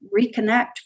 reconnect